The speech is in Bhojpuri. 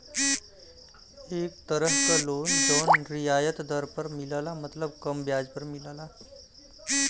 एक तरह क लोन जौन रियायत दर पर मिलला मतलब कम ब्याज पर मिलला